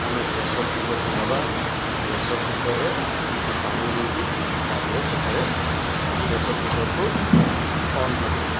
ଆମେ pressure cooker କୁ ନେବା ପ୍ରେସର୍ କୁକର୍ ରେ କିଛି ପାଣି ଦେଇକି ତାପରେ ସେଠାରେ ପ୍ରେସର୍ କୁକର୍ କୁ ଅନକରିବା